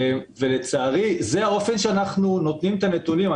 לצערי, זה האופן שאנחנו נותנים את הנתונים.